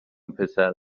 پسر